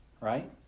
right